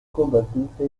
convertirse